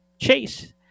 Chase